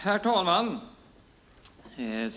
Herr talman!